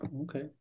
Okay